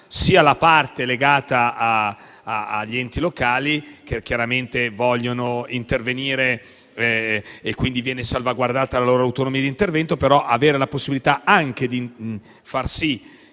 ma la parte legata agli enti locali, che chiaramente vogliono intervenire e viene, quindi, salvaguardata la loro autonomia di intervento, avendo anche la possibilità di far sì